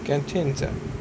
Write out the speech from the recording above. can change ah